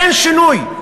אין שינוי.